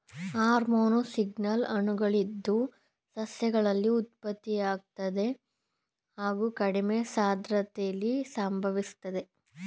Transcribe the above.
hormone signal ಅಣುಗಳಾಗಿದ್ದು ಸಸ್ಯಗಳಲ್ಲಿ ಉತ್ಪತ್ತಿಯಾಗ್ತವೆ ಹಾಗು ಕಡಿಮೆ ಸಾಂದ್ರತೆಲಿ ಸಂಭವಿಸ್ತವೆ